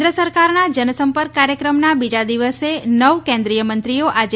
કેન્દ્ર સરકારના જનસંપર્ક કાર્યક્રમના બીજા દિવસે નવ કેન્દ્રિય મંત્રીઓ આજે